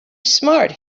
smart